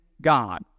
God